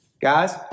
guys